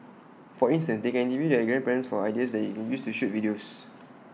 for instance they can interview their grandparents for ideas that they can use to shoot videos